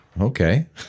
okay